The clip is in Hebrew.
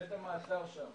בבית המעצר שם